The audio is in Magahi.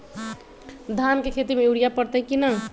धान के खेती में यूरिया परतइ कि न?